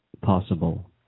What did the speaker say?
possible